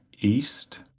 east